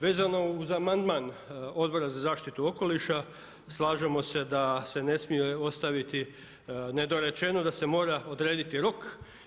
Vezano uz amandman Odbora za zaštitu okoliša slažemo se da se ne smije ostaviti nedorečeno, da se mora odrediti rok.